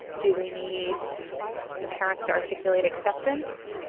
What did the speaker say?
do they need the parents to articulate acceptance.